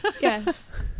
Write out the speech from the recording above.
Yes